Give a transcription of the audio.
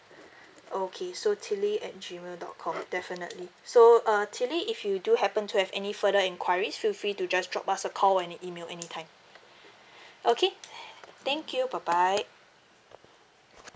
okay so tilly at gmail dot com definitely so uh tilly if you do happen to have any further enquiries feel free to just drop us a call or an email anytime okay thank you bye bye